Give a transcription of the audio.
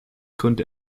konnte